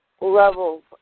levels